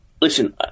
Listen